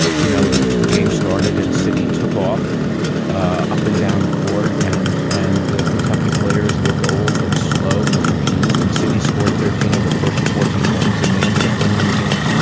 you know, the game started and citi took off ah up and down the court. and and the kentucky players looked old and slow and confused. and citi scored thirteen of the first fourteen points and they ended up winning the game.